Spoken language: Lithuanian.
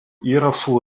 įrašų